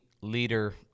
leader